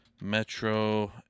metro